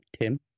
Tim